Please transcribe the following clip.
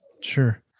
Sure